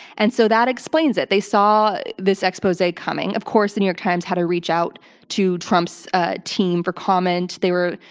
and so that explains it. they saw this expose coming. of course, the new york times had to reach out to trump's team for comment. they were,